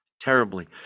terribly